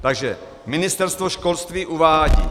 Takže Ministerstvo školství uvádí: